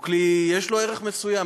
יש לו ערך מסוים,